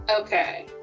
Okay